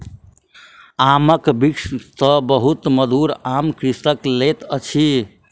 आमक वृक्ष सॅ बहुत मधुर आम कृषक लैत अछि